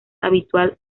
habitual